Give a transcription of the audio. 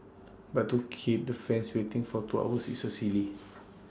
but to keep the fans waiting for two hours is sir silly